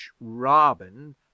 Robin